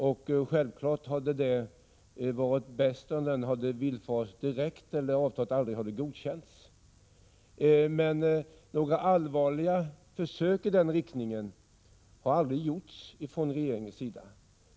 Det hade självfallet varit bäst om den hade villfarits direkt eller om avtalet aldrig hade godkänts. Några allvarliga försök i den riktningen har aldrig gjorts ifrån regeringens sida.